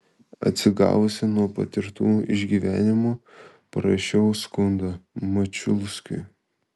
atsigavusi nuo patirtų išgyvenimų parašiau skundą mačiulskiui